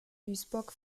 duisburg